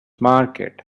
market